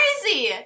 crazy